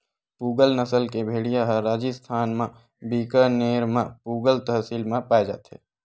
पूगल नसल के भेड़िया ह राजिस्थान म बीकानेर म पुगल तहसील म पाए जाथे